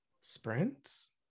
sprints